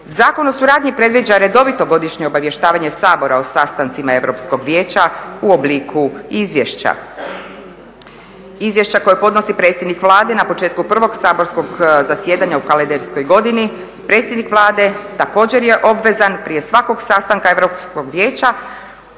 Zakon o suradnji predviđa redovito godišnje obavještavanje Sabora o sastancima Europskog vijeća u obliku izvješća, izvješće koje podnosi predsjednik Vlade na početku prvog saborskog zasjedanja u kalendarskoj godini. Predsjednik Vlade također je obvezan prije svakog sastanka Europskog vijeća